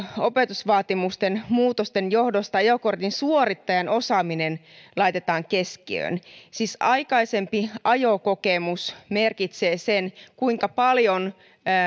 opetusvaatimusten muutosten johdosta ajokortin suorittajan osaaminen laitetaan keskiöön siis aikaisempi ajokokemus määrää sen kuinka paljon